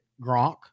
Gronk